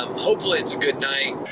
um hopefully, it's a good night.